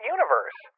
Universe